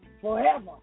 forever